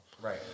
Right